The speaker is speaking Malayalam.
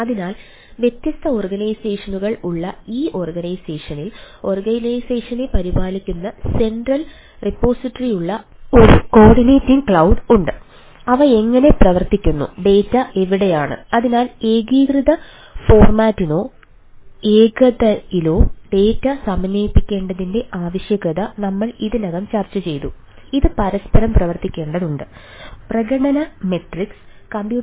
അതിനാൽ വ്യത്യസ്ത ഓർഗനൈസേഷനുകൾ ഉള്ള ഈ ഓർഗനൈസേഷനിൽ ഓർഗനൈസേഷനെ പരിപാലിക്കുന്ന സെൻട്രൽ റിപോസിറ്ററിയുള്ള ഒരു കോർഡിനേറ്റിംഗ് ക്ലൌഡ് ഉണ്ട്